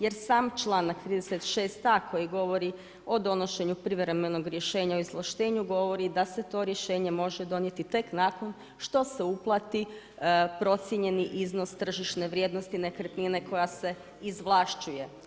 Jer sam članak 36a. koji govori o donošenju privremenog rješenja o izvlaštenju govori da se to rješenje može donijeti tek nakon što se uplati procijenjeni iznos tržišne vrijednosti nekretnine koja se izvlašćuje.